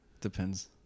depends